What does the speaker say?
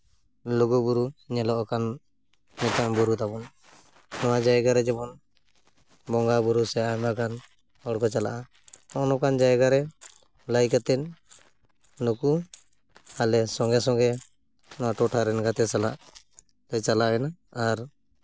ᱞᱩᱜᱩᱼᱵᱩᱨᱩ ᱧᱮᱞᱚᱜ ᱠᱟᱱ ᱧᱩᱛᱩᱢᱟᱱ ᱵᱩᱨᱩ ᱛᱟᱵᱚᱱ ᱱᱚᱣᱟ ᱡᱟᱭᱜᱟ ᱨᱮ ᱡᱮᱢᱚᱱ ᱵᱚᱸᱜᱟᱼᱵᱩᱨᱩ ᱥᱮ ᱟᱭᱢᱟ ᱜᱟᱱ ᱦᱚᱲᱠᱚ ᱪᱟᱞᱟᱜᱼᱟ ᱱᱚᱜᱼᱚ ᱱᱚᱝᱠᱟᱱ ᱡᱟᱭᱜᱟ ᱨᱮ ᱞᱟᱹᱭ ᱠᱟᱛᱮᱫ ᱱᱩᱠᱩ ᱟᱞᱮ ᱥᱚᱸᱜᱮ ᱥᱚᱸᱜᱮ ᱱᱚᱣᱟ ᱴᱚᱴᱷᱟ ᱨᱮᱱ ᱜᱟᱛᱮ ᱥᱟᱞᱟᱜ ᱞᱮ ᱪᱟᱞᱟᱣ ᱮᱱᱟ ᱟᱨ